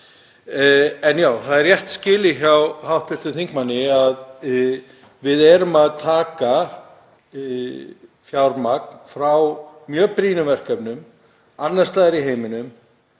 En já, það er rétt skilið hjá hv. þingmanni að við erum að taka fjármagn frá mjög brýnum verkefnum annars staðar í heiminum